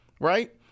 right